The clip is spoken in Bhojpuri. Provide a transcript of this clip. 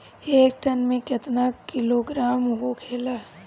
एक टन मे केतना किलोग्राम होखेला?